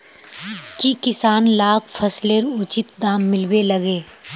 की किसान लाक फसलेर उचित दाम मिलबे लगे?